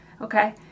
Okay